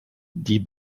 die